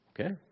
Okay